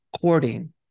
courting